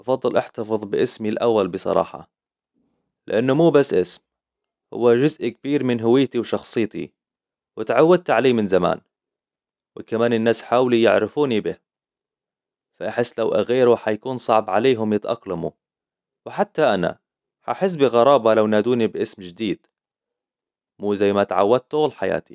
أفضل احتفظ بإسمي الاول بصراحة لانه مو بس اسم هو جزء كبير من هويتي و شخصيتي وإتعودت عليه من زمان و كمان الناس حاولوا يعرفوني به فأحس لو اغيره حيكون صعب عليهم يتأقلموا و حتى انا هحس بغرابة لو نادوني بإسم جديد مو زي ما تعودته طول حياتي